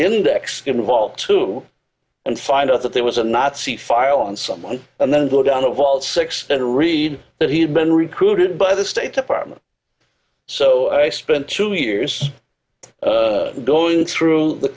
index involved to and find out that there was a nazi file on someone and then go down the vault six and read that he had been recruited by the state department so i spent two years going through the